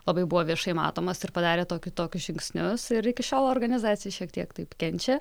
labai buvo viešai matomas ir padarė tokį tokius žingsnius ir iki šiol organizacija šiek tiek taip kenčia